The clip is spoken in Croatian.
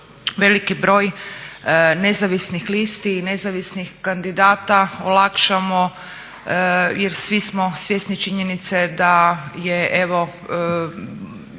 veliki broj nezavisnih listi i nezavisnih kandidata olakšamo jer svi smo svjesni činjenice da je jako